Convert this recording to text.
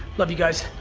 love you guys,